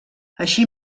així